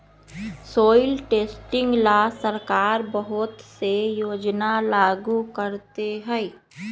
soil testing ला सरकार बहुत से योजना लागू करते हई